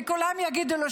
וכולם יגידו לו,